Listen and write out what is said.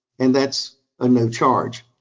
and that's a no charge.